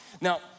Now